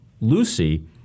Lucy